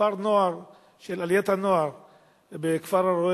כפר-נוער של עליית הנוער בכפר-הרא"ה,